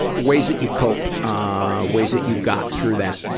ways that you cope, ah, ways that you got through that,